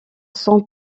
cents